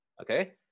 Okay